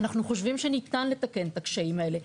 אנחנו חושבים שניתן לתקן את הקשיים האלה,